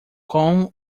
com